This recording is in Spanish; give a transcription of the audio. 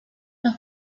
los